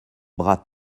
bras